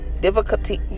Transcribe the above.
difficulty